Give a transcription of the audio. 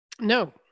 No